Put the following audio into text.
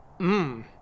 Mmm